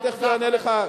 אני תיכף אענה לך,